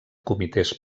comitès